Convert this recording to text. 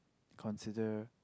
consider